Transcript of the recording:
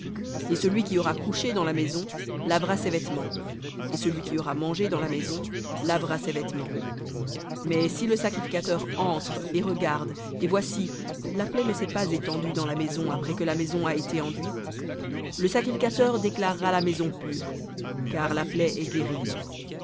et celui qui aura couché dans la maison lavera ses vêtements et celui qui aura mangé dans la maison lavera ses vêtements mais si le sacrificateur entre et regarde et voici la plaie ne s'est pas étendue dans la maison après que la maison a été enduite le sacrificateur déclarera la maison pure car la plaie est guérie